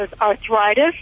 arthritis